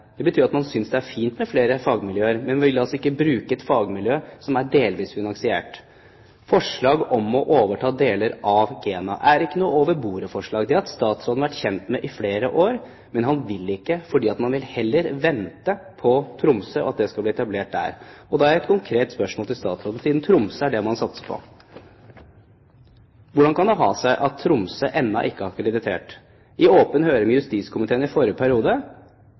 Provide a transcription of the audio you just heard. Det betyr at man synes det er fint med flere fagmiljøer, men man vil altså ikke bruke et fagmiljø som er finansiert delvis av det offentlige og delvis av private. Forslag om å overta deler av GENA er ikke noe over bordet-forslag. Det har statsråden vært kjent med i flere år. Men han vil ikke, han vil heller vente på at det skal bli etablert i Tromsø. Siden det er Tromsø man satser på, har jeg et konkret spørsmål til statsråden: Hvordan kan det ha seg at Tromsø ennå ikke er akkreditert? I åpen høring i justiskomiteen i forrige periode